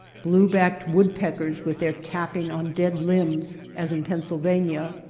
blue backed woodpeckers with their tapping on dead limbs as in pennsylvania.